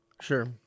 Sure